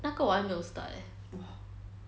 那个我还没有 start eh